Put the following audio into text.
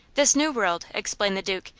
this new world, explained the duke,